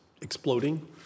exploding